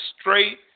straight